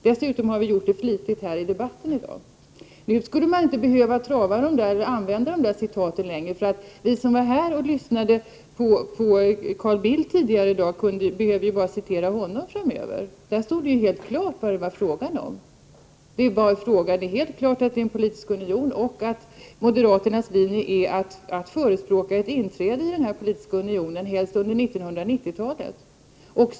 Dessutom har vi anfört våra synpunkter flitigt här i debatten i dag. Nu skulle man inte behöva använda de där citaten längre. Vi som var här och lyssnade på Carl Bildt tidigare i dag behöver ju bara citera honom framöver. I hans inlägg stod det ju helt klart vad det är fråga om. Det är helt klart att det är en politisk union och att moderaternas linje är att förespråka ett inträde i denna politiska union, helst under 1990-talet.